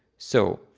so,